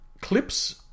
clips